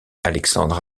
alexandre